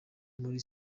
muri